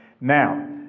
Now